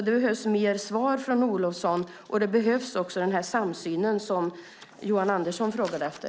Det behövs mer svar från Olofsson, och det behövs också den samsyn som Johan Andersson frågade efter.